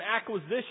acquisition